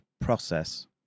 process